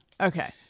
Okay